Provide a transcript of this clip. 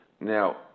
Now